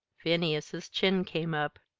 phineas's chin came up.